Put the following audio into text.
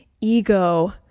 ego